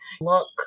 look